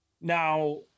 Now